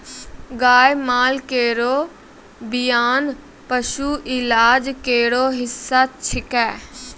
गाय माल केरो बियान पशु इलाज केरो हिस्सा छिकै